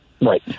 Right